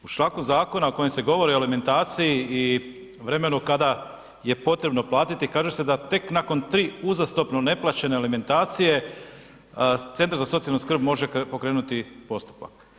U članku zakona u kojem se govori o alimentaciji i vremenu kada je potrebno platiti kaže se da tek nakon tri uzastopno neplaćene alimentacije centar za socijalnu skrb može pokrenuti postupak.